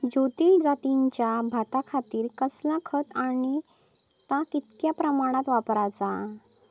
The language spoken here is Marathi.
ज्योती जातीच्या भाताखातीर कसला खत आणि ता कितक्या प्रमाणात वापराचा?